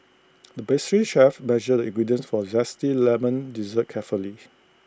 the pastry chef measured the ingredients for Zesty Lemon Dessert carefully